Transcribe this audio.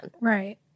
Right